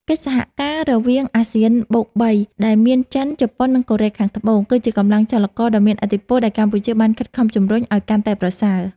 កិច្ចសហការរវាងអាស៊ានបូកបី ដែលមានចិន ជប៉ុន និងកូរ៉េខាងត្បូង គឺជាកម្លាំងចលករដ៏មានឥទ្ធិពលដែលកម្ពុជាបានខិតខំជំរុញឱ្យកាន់តែប្រសើរ។